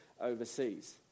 overseas